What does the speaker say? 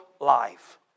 life